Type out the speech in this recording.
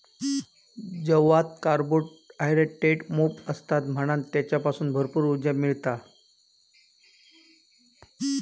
जवात कार्बोहायड्रेट मोप असतत म्हणान तेच्यासून भरपूर उर्जा मिळता